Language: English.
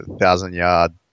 thousand-yard